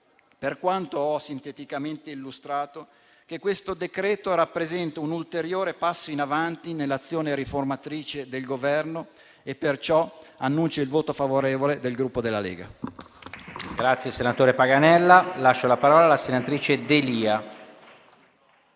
per quanto ho sinteticamente illustrato, che questo decreto rappresenta un ulteriore passo in avanti nell'azione riformatrice del Governo e perciò annuncio il voto favorevole del Gruppo Lega.